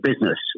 business